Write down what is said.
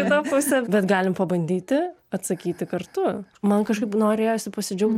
kitą pusę bet galim pabandyti atsakyti kartu man kažkaip norėjosi pasidžiaugti